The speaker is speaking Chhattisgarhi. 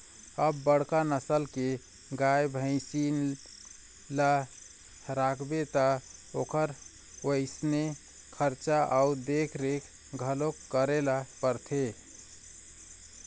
अब बड़का नसल के गाय, भइसी ल राखबे त ओखर वइसने खरचा अउ देखरेख घलोक करे ल परथे